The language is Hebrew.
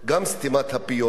גם סתימת הפיות.